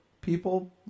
people